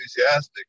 enthusiastic